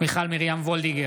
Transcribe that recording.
מיכל מרים וולדיגר,